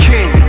King